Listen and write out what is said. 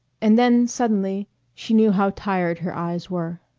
and then suddenly she knew how tired her eyes were.